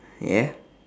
ya